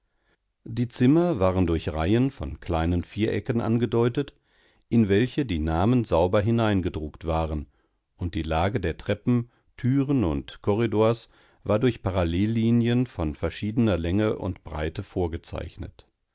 die zimmer wurden durch reihen von kleinen vierecken angedeutet in welche die namen sauber hineingedruckt waren und die lage der treppen türen und korridors war durch parallellinien von verschiedener länge und breite vorgezeichnet